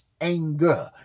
anger